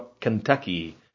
Kentucky